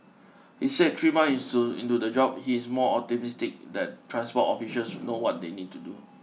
he said three months into into the job he is more optimistic that transport officials know what they need to do